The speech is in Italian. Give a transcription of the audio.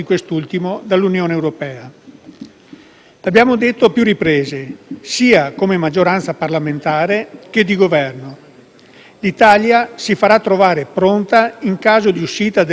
Lo abbiamo detto a più riprese sia come maggioranza parlamentare che di Governo: l'Italia si farà trovare pronta in caso di uscita del Regno Unito dall'Unione europea.